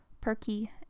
perky